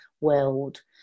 world